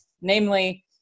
namely